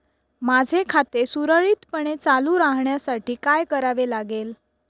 माझे खाते सुरळीतपणे चालू राहण्यासाठी काय करावे लागेल?